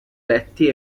letti